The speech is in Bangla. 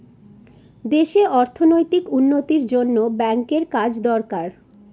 দেশে অর্থনৈতিক উন্নতির জন্য ব্যাঙ্কের কাজ দরকার